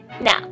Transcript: Now